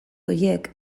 horiek